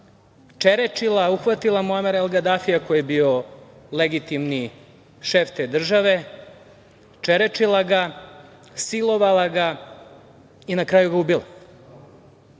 čerečila, uhvatila Muamera el Gadafija, koji je bio legitimni šef te države, čerečila ga, silovala ga i na kraju ga ubila. Svi